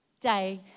day